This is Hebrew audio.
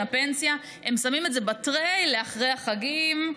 הפנסיה הם שמים את זה ב-tray לאחרי החגים,